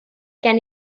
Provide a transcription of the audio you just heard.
gen